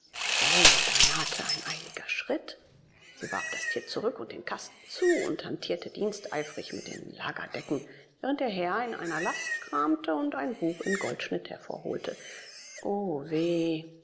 o da nahte ein eiliger schritt sie warf das tier zurück und den kasten zu und hantierte diensteifrig mit den lagerdecken während der herr in einer last kramte und ein buch in goldschnitt hervorholte o weh